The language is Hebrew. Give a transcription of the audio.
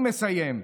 אני מסיים.